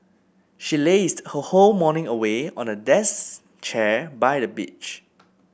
she lazed her whole morning away on a chair by the beach